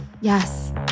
Yes